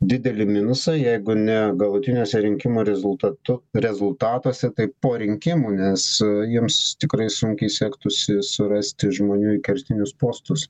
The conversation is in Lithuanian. didelį minusą jeigu ne galutiniuose rinkimų rezultatu rezultatuose tai po rinkimų nes jiems tikrai sunkiai sektųsi surasti žmonių į kertinius postus